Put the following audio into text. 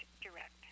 direct